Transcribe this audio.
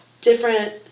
different